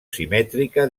simètrica